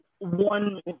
one